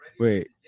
Wait